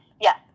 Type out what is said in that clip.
yes